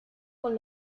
con